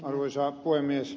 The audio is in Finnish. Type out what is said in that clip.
arvoisa puhemies